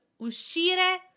uscire